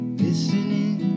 listening